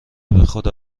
بخدا